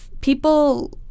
people